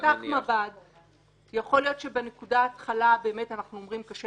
נפתח מב"ד --- הוא כבר